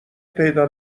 پیدا